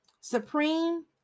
Supreme